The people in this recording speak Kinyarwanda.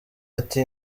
ati